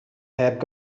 heb